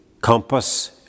compass